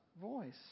voice